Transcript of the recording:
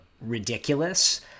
ridiculous